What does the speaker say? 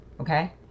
Okay